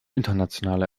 internationale